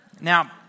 Now